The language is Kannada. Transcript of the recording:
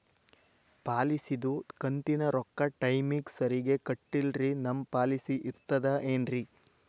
ಪಾಲಿಸಿದು ಕಂತಿನ ರೊಕ್ಕ ಟೈಮಿಗ್ ಸರಿಗೆ ಕಟ್ಟಿಲ್ರಿ ನಮ್ ಪಾಲಿಸಿ ಇರ್ತದ ಏನ್ರಿ?